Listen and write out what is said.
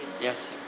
Yes